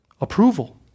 Approval